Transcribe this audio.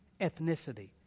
Ethnicity